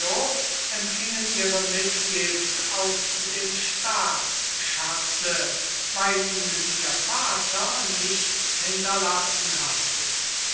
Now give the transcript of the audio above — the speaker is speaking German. empfingen ihre mitgift aus dem staatsschatze weil ihnen ihr vater nichts hinterlassen hatte